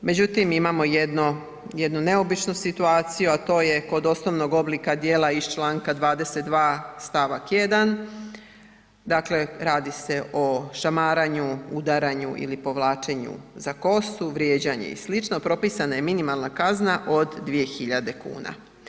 Međutim, imamo jednu neobičnu situaciju, a to je kod osnovnog oblika djela iz Članka 22. stavak 1. dakle radi se o šamaranju, udaranju ili povlačenju za kosu, vrijeđanju i sl., propisana je minimalna kazna od 2.000 kuna.